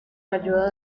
ayuda